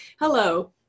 hello